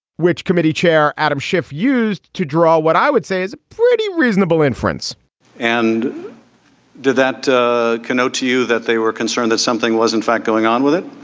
which committee chair adam schiff used to draw what i would say is pretty reasonable inference and did that connote to you that they were concerned that something was, in fact, going on with it?